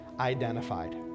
identified